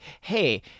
hey